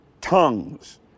tongues